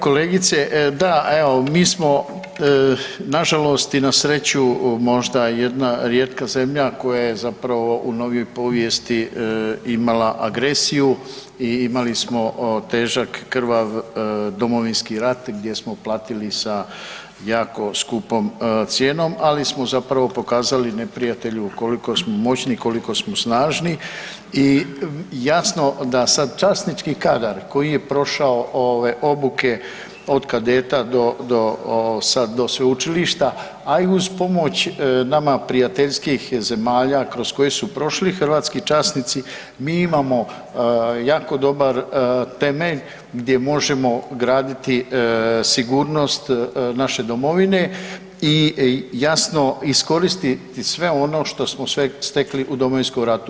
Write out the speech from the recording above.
Kolegice, da, evo mi smo nažalost i na sreću, možda jedna rijetka zemlja koja je zapravo u novijoj povijesti imala agresiju i imali smo težak, krvav Domovinski rat gdje smo platili sa jako skupom cijenom ali smo zapravo pokazali neprijatelju koliko smo moćni i koliko smo snažni i jasno da sad časnički kadar koji je prošao ove obuke od kadeta do sad do sveučilišta a i uz pomoć nama prijateljskih zemalja kroz koji su prošli hrvatski časnici, mi imamo jako dobar temelj gdje možemo graditi sigurnost naše domovine i jasno, iskoristiti sve ono što smo stekli u Domovinskom ratu.